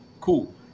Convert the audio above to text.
cool